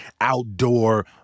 outdoor